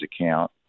account